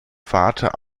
vater